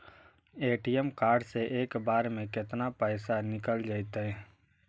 ATM card से एक बार में केतना पैसा निकल जइतै?